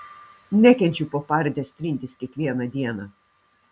nekenčiu po pardes trintis kiekvieną dieną